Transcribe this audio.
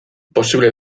posible